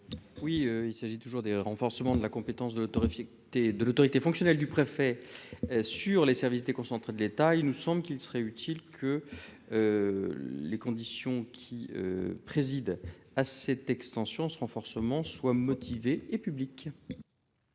Oui, il s'agit toujours des renforcements de la compétence de torréfier des de l'autorité fonctionnelle du préfet sur les services déconcentrés de l'État, il nous semble qu'il serait utile que les conditions qui préside à cette extension, ce renforcement soient motivés et. Alors